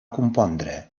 compondre